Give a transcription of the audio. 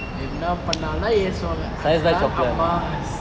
என்னா பண்ணாலும் ஏசுவாங்க அதுதான் அம்மா:enna pannalum yesuvanga athuthaan amma